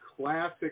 classic